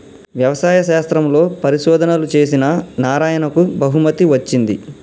వ్యవసాయ శాస్త్రంలో పరిశోధనలు చేసిన నారాయణకు బహుమతి వచ్చింది